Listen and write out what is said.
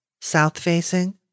South-facing